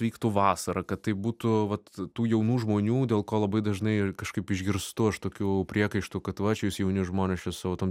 vyktų vasarą kad tai būtų vat tų jaunų žmonių dėl ko labai dažnai ir kažkaip išgirstu aš tokių priekaištų kad va čia jūs jauni žmonės čia su savo tom